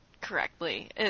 correctly